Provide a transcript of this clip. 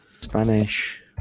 Spanish